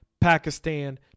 pakistan